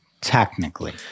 Technically